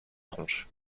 tronche